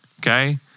Okay